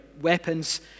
weapons